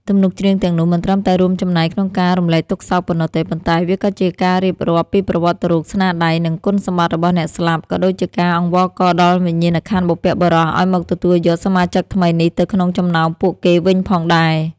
ទំនុកច្រៀងទាំងនោះមិនត្រឹមតែជារួមចំណែកក្នុងការរំលែកទុក្ខសោកប៉ុណ្ណោះទេ ប៉ុន្តែវាក៏ជាការរៀបរាប់ពីប្រវត្តិរូប ស្នាដៃ និងគុណសម្បត្តិរបស់អ្នកស្លាប់ ក៏ដូចជាការអង្វរករដល់វិញ្ញាណក្ខន្ធបុព្វបុរសឱ្យមកទទួលយកសមាជិកថ្មីនេះទៅក្នុងចំណោមពួកគេវិញផងដែរ។